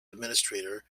administrator